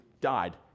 died